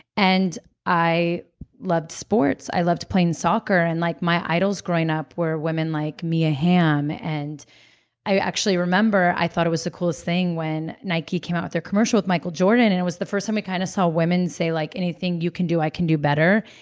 and i loved sports. i loved playing soccer, and like my idols growing up were women like mia hamm. and i actually remember i thought it was the coolest thing when nike came out with their commercial with michael jordan, and it was the first time we kind of saw women say, like anything you can do, i can do better.